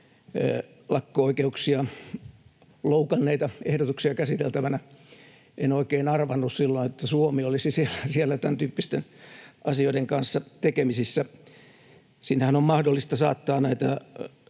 lakko-oikeuksia loukanneita ehdotuksia. En oikein arvannut silloin, että Suomi olisi siellä tämän tyyppisten asioiden kanssa tekemisissä. Sinnehän on mahdollista saattaa näitä